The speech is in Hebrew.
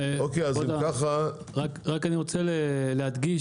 אני רוצה להדגיש,